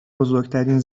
بزرگترین